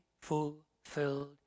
fulfilled